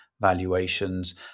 valuations